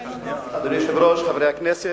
אדוני היושב-ראש, חברי הכנסת,